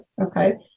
Okay